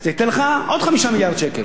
זה ייתן לך עוד 5 מיליארד שקל.